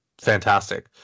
fantastic